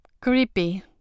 creepy